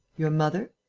your mother.